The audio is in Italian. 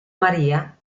maria